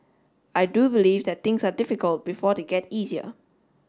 I do believe that things are difficult before they get easier